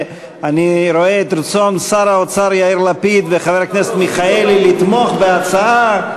אני רואה את רצון שר האוצר יאיר לפיד וחבר הכנסת מיכאלי לתמוך בהצעה.